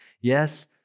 Yes